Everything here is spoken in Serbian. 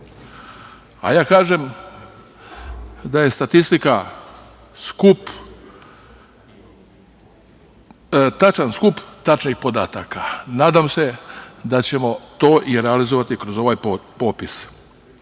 Ja kažem da je statistika tačan skup tačnih podataka. Nadam se da ćemo to i realizovati kroz ovaj popis. Jako